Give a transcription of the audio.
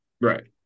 Right